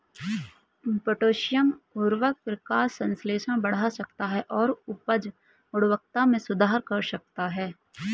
potassium उवर्रक प्रकाश संश्लेषण बढ़ा सकता है और उपज गुणवत्ता में सुधार कर सकता है